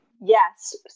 Yes